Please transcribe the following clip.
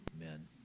Amen